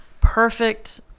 perfect